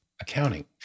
accounting